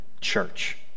church